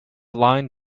line